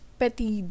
petty